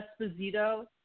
Esposito